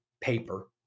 paper